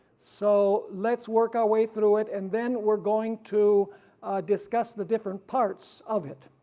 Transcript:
so let's work our way through it and then we're going to discuss the different parts of it.